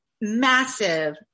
massive